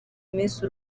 iminsi